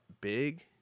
big